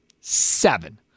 Seven